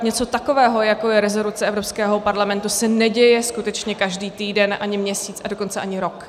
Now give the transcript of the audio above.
Něco takového, jako je rezoluce Evropského parlamentu, se neděje skutečně každý týden, ani měsíc, a dokonce ani rok.